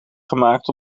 gemaakt